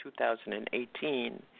2018